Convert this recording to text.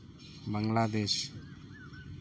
Bangladesh